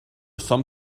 some